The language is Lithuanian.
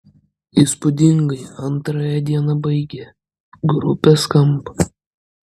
įspūdingai antrąją dieną baigė grupė skamp